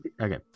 Okay